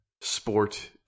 sport